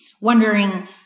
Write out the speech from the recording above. wondering